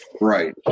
Right